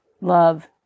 love